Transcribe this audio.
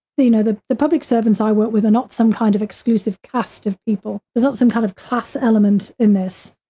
the, you know, the the public servants i work with are not some kind of exclusive cast of people. there's not some kind of class element in this.